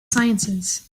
sciences